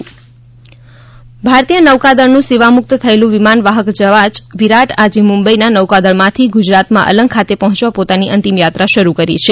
વિરાટ વિમાન ભારતીય નૌકાદળનું સેવા મુકત થયેલુ વિમાન વાહક જહાજ વિરાટ આજે મુંબઇના નૌકાદળમાંથી ગુજરાતમાં અલંગ ખાતે પહોંચવા પોતાની અંતીમ યાત્રા શરૂ કરી છે